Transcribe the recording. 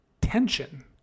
tension